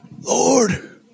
Lord